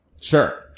Sure